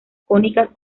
cónicas